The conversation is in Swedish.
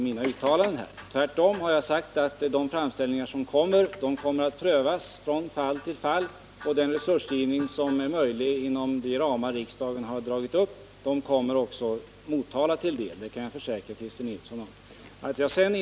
Jag har sagt att de framställningar som kommer in kommer att prövas från fall till fall, och den resursgivning som är möjlig inom de ramar riksdagen dragit upp kommer också att komma Motala till del — det kan jag försäkra Christer Nilsson.